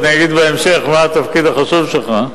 ואני אגיד בהמשך מה התפקיד החשוב שלך,